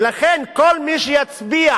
ולכן כל מי שיצביע